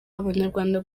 abanyarwanda